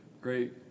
great